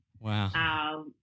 Wow